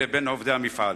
לבין עובדי המפעל,